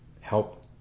help